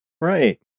Right